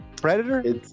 Predator